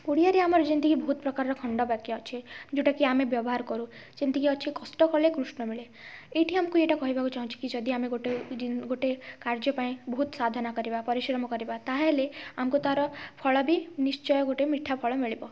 ଓଡ଼ିଆରେ ଆମର ଯେମତିକି ବହୁତ ପ୍ରକାର ଖଣ୍ଡ ବାକ୍ୟ ଅଛି ଯେଉଁଟା କି ଆମେ ବ୍ୟବହାର କରୁ ଯେମତି କି ଅଛି କଷ୍ଟ କଲେ କୃଷ୍ଣ ମିଳେ ଏଇଠି ଆମୁକୁ ଏଇଟା କହିବାକୁ ଚାହୁଁଛି କି ଯଦି ଆମେ ଗୋଟେ କି ଜି ଗୋଟେ କାର୍ଯ୍ୟ ପାଇଁ ବହୁତ ସାଧନା କରିବା ପରିଶ୍ରମ କରିବା ତାହେଲେ ଆମକୁ ତା'ର ଫଳ ବି ନିଶ୍ଚୟ ଗୋଟେ ମିଠା ଫଳ ମିଳିବ